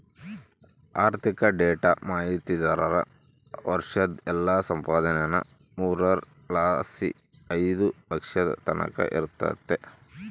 ಆರ್ಥಿಕ ಡೇಟಾ ಮಾಹಿತಿದಾರ್ರ ವರ್ಷುದ್ ಎಲ್ಲಾ ಸಂಪಾದನೇನಾ ಮೂರರ್ ಲಾಸಿ ಐದು ಲಕ್ಷದ್ ತಕನ ಇರ್ತತೆ